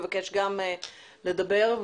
מבקש לדבר.